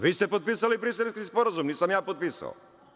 Vi ste potpisali Briselski sporazum, nisam ga ja potpisao.